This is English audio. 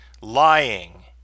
lying